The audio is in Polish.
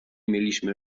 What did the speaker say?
mieliśmy